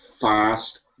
fast